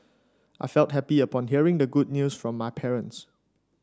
I felt happy upon hearing the good news from my parents